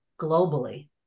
globally